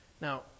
Now